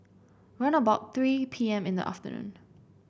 round about three P M in the afternoon